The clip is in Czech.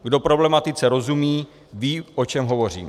Kdo problematice rozumí, ví, o čem hovořím.